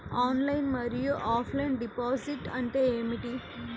Online మరియు offline deposit అంటే ఏమిటి?